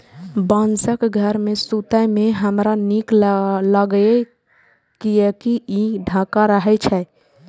बांसक घर मे सुतै मे हमरा नीक लागैए, कियैकि ई ठंढा रहै छै